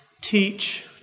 Teach